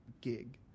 gig